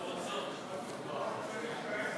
לתיקון פקודת